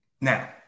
Now